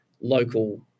local